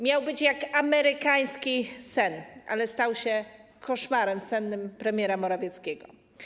Miał być jak amerykański sen, ale stał się koszmarem sennym premiera Morawieckiego.